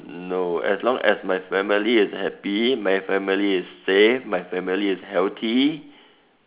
no as long as my family is happy my family is safe my family is healthy